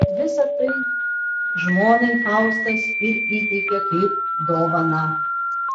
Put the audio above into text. visa tai žmonai faustas ir įteikė kaip dovaną